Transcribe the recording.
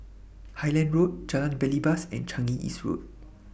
Highland Road Jalan Belibas and Changi East Road